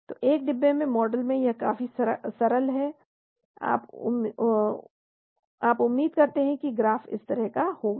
तो एक डिब्बे के मॉडल में यह काफी सरल है आप उम्मीद करते हैं कि ग्राफ इस तरह होगा